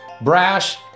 brash